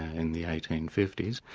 in the eighteen fifty s.